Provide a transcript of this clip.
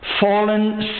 Fallen